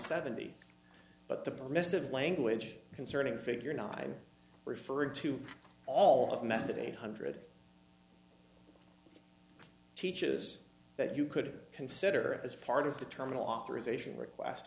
seventy but the permissive language concerning figure not i'm referring to all of method eight hundred teaches that you could consider as part of the terminal authorization request